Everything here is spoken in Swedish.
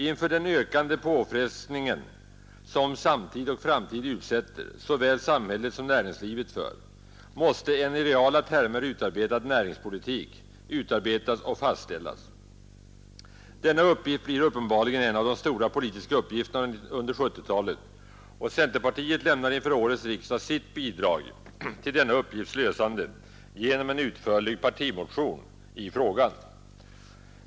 Inför de ökande påfrestningar som samtid och framtid utsätter såväl samhället som näringslivet för måste en i reala termer utarbetad näringspolitik utformas och fastställas. Denna uppgift blir uppenbarligen en av de stora politiska uppgifterna under 1970-talet, och centerpartiet lämnar inför årets riksdag sitt bidrag till denna uppgifts lösande genom en utförlig partimotion i frågan.